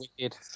wicked